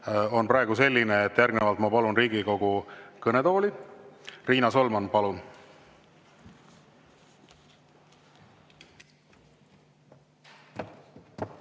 on praegu selline, et järgnevalt ma palun Riigikogu kõnetooli Riina Solmani.